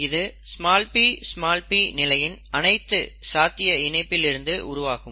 இது pp நிலையின் அனைத்து சாத்திய இணைப்பில் இருந்து உருவாகும்